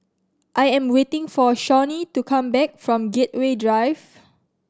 I am waiting for Shawnee to come back from Gateway Drive